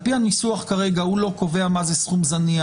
על-פי הניסוח כרגע הוא לא קובע מה זה סכום זניח.